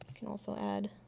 can also add